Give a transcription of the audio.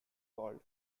called